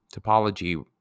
Topology